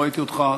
לא ראיתי אותך.